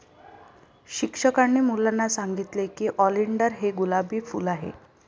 शिक्षकांनी मुलांना सांगितले की ऑलिंडर हे गुलाबी फूल आहे